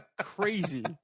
crazy